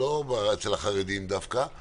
ולא אצל החרדים דווקא,